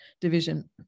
Division